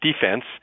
defense